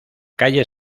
calle